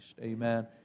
Amen